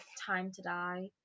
time-to-die